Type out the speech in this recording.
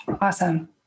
Awesome